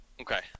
Okay